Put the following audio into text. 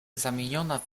zamieniona